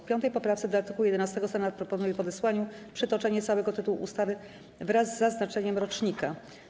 W 5. poprawce do art. 11 Senat proponuje w odesłaniu przytoczenie całego tytułu ustawy wraz z oznaczeniem rocznika.